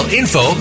info